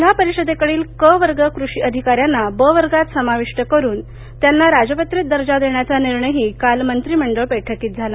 जिल्हा परिषदेकडील क वर्ग कृषि अधिकाऱ्यांना ब वर्गात समाविष्ट करून त्याना राजपत्रित दर्जा देण्याचा निर्णयही काल मंत्रिमंडळ बैठकीत झाला